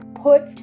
put